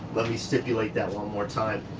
let me stipulate that one more time.